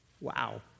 Wow